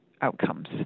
outcomes